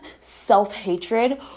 self-hatred